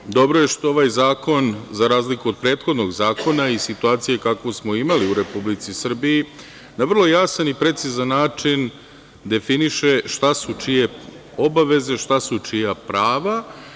Naime, dobro je što ovaj zakon, za razliku od prethodnog zakona i situacije kakvu smo imali u Republici Srbiji, na vrlo jasan i precizan način definiše šta su čije obaveze, šta su čija prava.